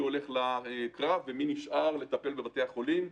הולך לקרב ומי נשאר לטפל בבתי החולים.